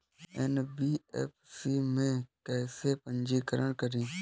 NBFC में कैसे पंजीकृत करें?